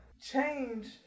change